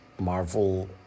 Marvel